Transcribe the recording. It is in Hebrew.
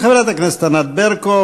חברת הכנסת ענת ברקו,